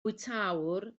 bwytäwr